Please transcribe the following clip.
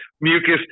mucus